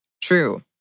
true